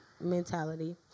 mentality